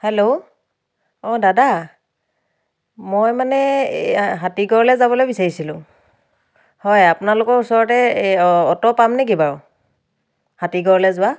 hello অঁ দাদা মই মানে এই হাতীগড়লৈ যাবলৈ বিচাৰিছিলোঁ হয় আপোনালোকৰ ওচৰতে এ অ অ'টো পাম নেকি বাৰু হাতীগড়লৈ যোৱা